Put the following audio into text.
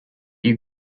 you